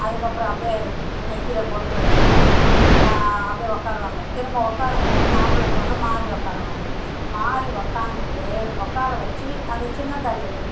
அதுக்கப்றம் அப்டே நெற்றில பொட்டு வச்சுட்டு அப்டே உக்காருவாங்க திரும்ப உக்காரும்போது மாப்பிள பொண்ணு மாறி உக்காருவாங்க மாறி உக்காந்துட்டு உக்கார வச்சு அந்த சின்ன தாலி இருக்குப்பார்